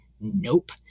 nope